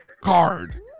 card